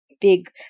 big